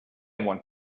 want